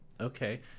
Okay